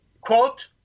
quote